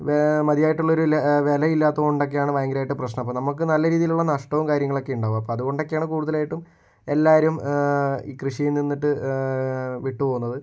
ഇപ്പോൾ മതിയായിട്ടുള്ളൊരു ല വില ഇല്ലാത്തത് കൊണ്ടക്കെയാണ് ഭയങ്കരയിട്ട് പ്രശ്നം അപ്പം നമക്ക് നല്ല രീതിലൊള്ള നഷ്ടവും കാര്യങ്ങളൊക്കെ ഉണ്ടാകും അപ്പം അതുകൊണ്ട് ഒക്കെയാണ് കൂടുതലായിട്ടും എല്ലാവരും ഈ കൃഷിയിൽ നിന്നിട്ട് വിട്ട് പോകുന്നത്